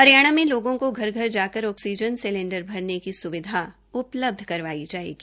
हरियाणा में लोगों को घर घर जाकर ऑक्सीजन सिलेंडर भरने की स्विधा उपलब्ध करवाई जायेगी